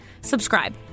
subscribe